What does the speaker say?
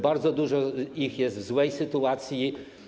Bardzo dużo z nich jest w złej sytuacji.